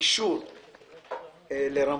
אישור לרמות,